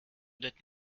d’être